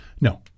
No